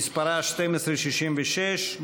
ומספרה 1266,